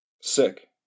Sick